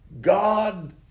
God